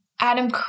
Adam